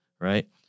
right